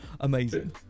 amazing